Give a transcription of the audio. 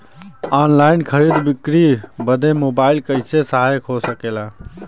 Online खरीद बिक्री बदे मोबाइल कइसे सहायक हो सकेला?